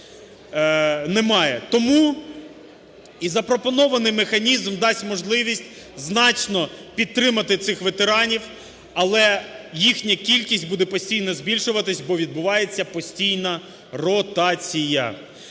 Тому і запропонований механізм дасть можливість значно підтримати цих ветеранів, але їхня кількість буде постійно збільшуватись, бо відбувається постійна ротація.